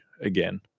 again